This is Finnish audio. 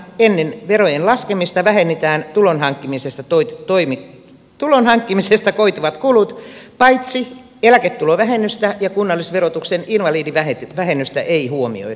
ennen verojen laskemista vähennetään tulonhankkimisesta koituvat kulut paitsi eläketulovähennystä ja kunnallisverotuksen invalidivähennystä ei huomioida